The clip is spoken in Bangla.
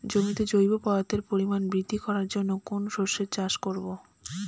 জমিতে জৈব পদার্থের পরিমাণ বৃদ্ধি করার জন্য কোন শস্যের চাষ করবো?